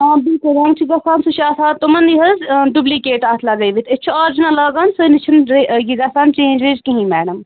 آ بِلکُل رنٛگ چھِ گژھان سُہ آسان تِمَن یہِ حظ ڈُبلِکیٹ اَتھ لگٲوِتھ أسۍ چھِ آرجنَل لاگان سٲنِس چھِنہٕ یہِ گژھان چینجِج کِہیٖنٛۍ میڈم